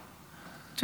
היום.